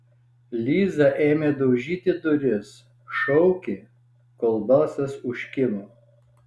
liza ėmė daužyti duris šaukė kol balsas užkimo